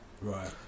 Right